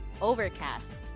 Overcast